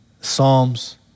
Psalms